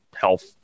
Health